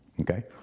okay